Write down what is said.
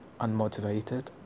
unmotivated